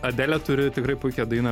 adelė turi tikrai puikią dainą